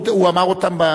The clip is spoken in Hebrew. הוא אמר אותם,